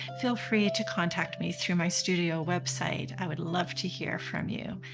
feel free to contact me through my studio website. i would love to hear from you.